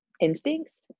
instincts